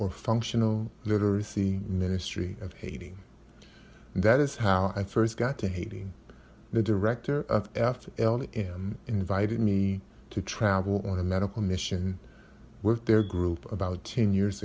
or functional literacy ministry of hating that is how i first got to haiti the director of f l e m invited me to travel on a medical mission with their group about ten years